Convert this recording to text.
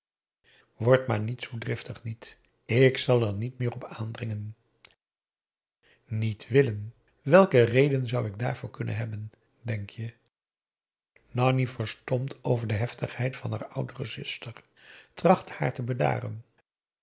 wordt maar zoo driftig niet ik zal er niet meer op aandringen niet willen welke reden zou ik daar voor kunnen hebben denk je nanni verstomd over de heftigheid van haar oudere zuster trachtte haar te bedaren